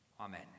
amen